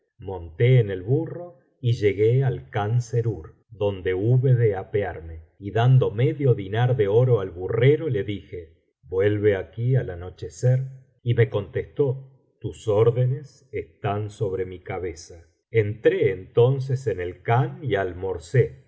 monté en el burro y llegué al khan serur donde hube de apearme y dando medio diñar de oro al burrero le dije vuelve aquí al anochecer y me contestó tus órdenes están sobre mi cabeza entré entonces en el khan y almorcé